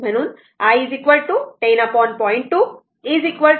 म्हणून i 10 0